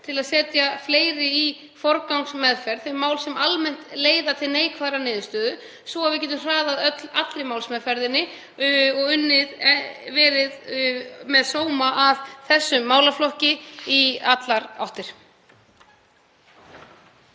til að setja fleiri mál í forgangsmeðferð, þau mál sem almennt leiða til neikvæðrar niðurstöðu svo að við getum hraðað allri málsmeðferð og unnið með sóma að þessum málaflokki í allar áttir.